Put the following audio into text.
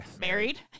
Married